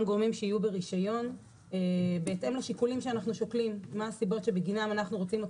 גורמים שיהיו ברישיון בהתאם לשיקולים שאנחנו שוקלים.